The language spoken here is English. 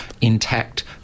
intact